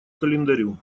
календарю